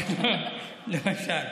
למשל.